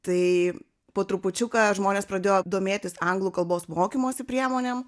tai po trupučiuką žmonės pradėjo domėtis anglų kalbos mokymosi priemonėm